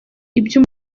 ibyo